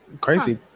crazy